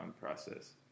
process